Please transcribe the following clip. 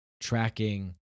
tracking